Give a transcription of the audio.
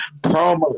Promo